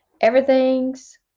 Everything's